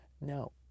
no